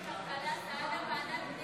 בסדר-היום של הכנסת לא נתקבלה.